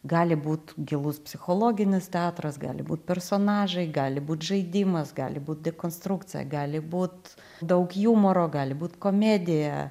gali būt gilus psichologinis teatras gali būt personažai gali būt žaidimas gali būt dekonstrukcija gali būt daug jumoro gali būt komedija